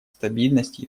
стабильности